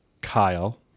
Kyle